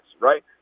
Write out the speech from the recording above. right